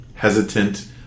Hesitant